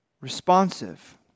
responsive